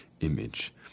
image